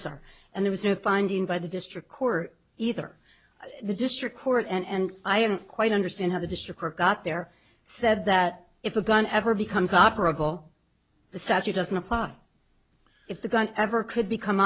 sir and there was no finding by the district court either the district court and i haven't quite understand how the district got there said that if a gun ever becomes operable the statute doesn't apply if the gun ever could become